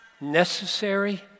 necessary